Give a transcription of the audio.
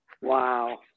Wow